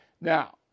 Now